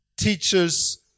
teachers